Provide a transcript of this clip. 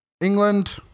England